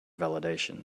validation